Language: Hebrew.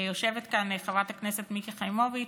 יושבת כאן חברת הכנסת מיקי חיימוביץ',